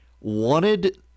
wanted